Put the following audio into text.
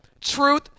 Truth